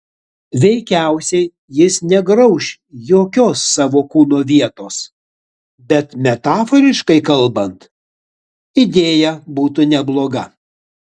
veikiausiai jis negrauš jokios savo kūno vietos bet metaforiškai kalbant idėja būtų nebloga